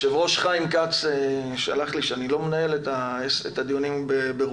היושב ראש חיים כץ שלח לי שאני לא מנהל את הדיונים ברוחו.